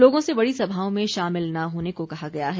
लोगों से बड़ी सभाओं में शामिल न होने को कहा गया है